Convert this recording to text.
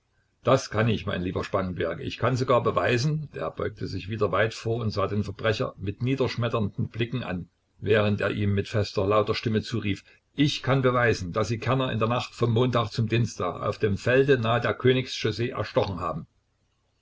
das kann ich mein lieber spangenberg ich kann sogar beweisen er beugte sich wieder weit vor und sah den verbrecher mit niederschmetternden blicken an während er ihm mit fester lauter stimme zurief ich kann beweisen daß sie kerner in der nacht vom montag zum dienstag auf dem felde nahe der königs chaussee erstochen haben